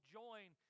join